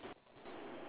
falling